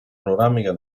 panoramica